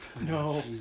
No